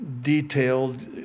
detailed